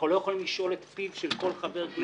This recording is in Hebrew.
אנחנו לא יכולים לשאול את פיו של כל חבר כנסת.